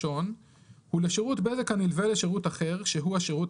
מהו שירות שנלווה לשירות אחר שהוא שירות